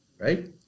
right